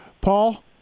Paul